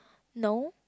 no